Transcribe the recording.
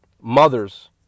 mothers